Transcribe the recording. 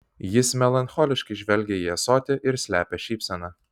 jis melancholiškai žvelgia į ąsotį ir slepia šypseną